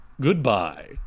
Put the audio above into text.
Goodbye